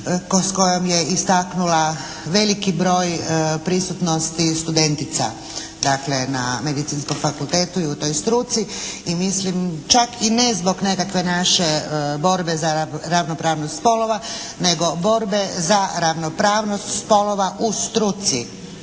s kojom je istaknula veliki broj prisutnosti studentica dakle na Medicinskom fakultetu i u toj struci. I mislim, čak i ne zbog nekakve naše borbe za ravnopravnost spolova, nego borbe za ravnopravnost spolova u struci.